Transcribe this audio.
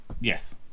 yes